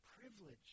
privilege